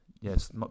yes